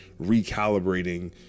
recalibrating